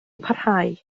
parhau